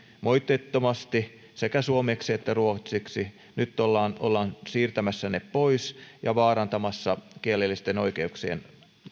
moitteettomasti sekä suomeksi että ruotsiksi nyt ollaan ollaan siirtämässä ne pois ja vaarantamassa kielellisten oikeuksien